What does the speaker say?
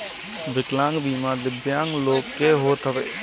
विकलांग बीमा दिव्यांग लोग के होत हवे